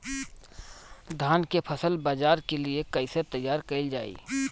धान के फसल बाजार के लिए कईसे तैयार कइल जाए?